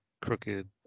crooked